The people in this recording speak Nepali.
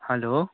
हेलो